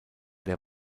der